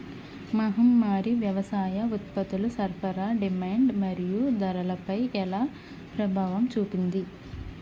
మహమ్మారి వ్యవసాయ ఉత్పత్తుల సరఫరా డిమాండ్ మరియు ధరలపై ఎలా ప్రభావం చూపింది?